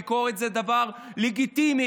ביקורת זה דבר לגיטימי,